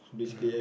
mmhmm